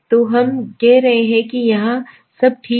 तो हम कह रहे हैं कि यह यहां ठीक है